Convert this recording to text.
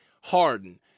Harden